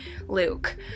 Luke